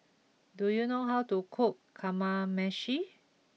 do you know how to cook Kamameshi